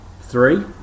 three